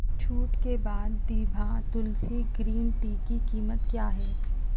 چھوٹ کے بعد دیبھا تلسی گرین ٹی کی قیمت کیا ہے